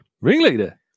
Ringleader